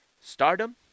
Stardom